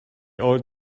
old